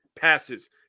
passes